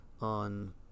on